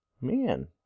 Man